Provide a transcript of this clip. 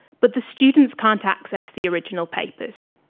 but the students can't access the original papers.